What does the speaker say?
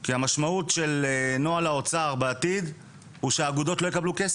כי המשמעות של נוהל האוצר בעתיד זה שהאגודות לא יקבלו כסף.